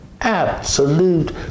absolute